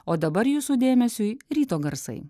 o dabar jūsų dėmesiui ryto garsai